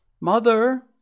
Mother